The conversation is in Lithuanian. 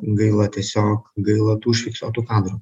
gaila tiesiog gaila tų užfiksuotų kadrų